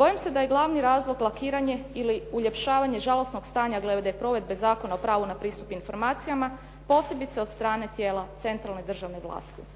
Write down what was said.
Bojim se da je glavni razlog lakiranje ili uljepšavanje žalosnog stanja glede provedbe Zakona o pravu na pristup informacijama posebice od strane tijela centralne državne vlasti.